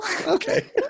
Okay